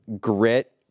grit